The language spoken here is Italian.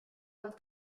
dal